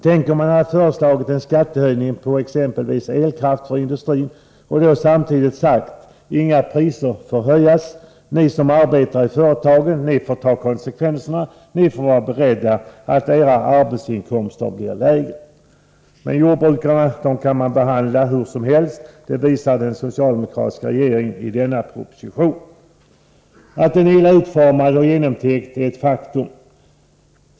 Tänk om man hade föreslagit en skattehöjning på exempelvis elkraft för industrin och samtidigt sagt: Inga priser får höjas, ni som arbetar i företagen får ta konsekvenserna, ni får vara beredda på att edra arbetsinkomster blir lägre. Men jordbrukarna kan man behandla hur som helst, det visar den socialdemokratiska regeringen i denna proposition. Att propositionen är illa utformad och illa genomtänkt är ett faktum.